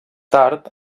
tard